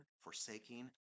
forsaking